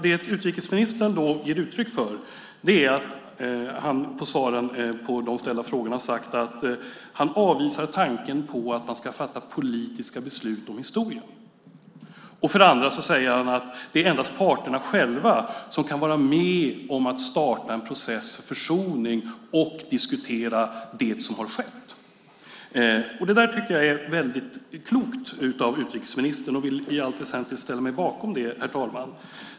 Det utrikesministern ger uttryck för i svaren på de ställda frågorna är att han avvisar tanken på att man ska fatta politiska beslut om historien. Han säger också att det endast är parterna själva som kan vara med och starta en process mot försoning och diskutera det som har skett. Detta tycker jag är väldigt klokt av utrikesministern, och jag vill i allt väsentligt ställa mig bakom det.